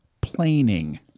planing